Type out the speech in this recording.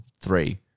three